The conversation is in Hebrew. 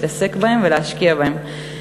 להתעסק בהם ולהשקיע בהם.